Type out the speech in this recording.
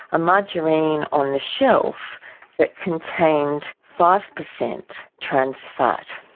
a margarine on the shelf that contained five percent trans fat.